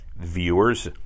viewers